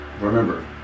remember